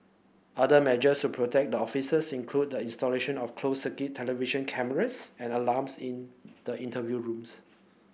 other measures to protect the officers include the installation of closed circuit television cameras and alarms in the interview rooms